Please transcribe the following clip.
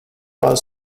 was